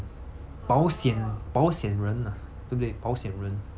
保险保险人 uh 对不对保险人